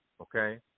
Okay